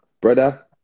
Brother